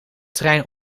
trein